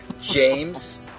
James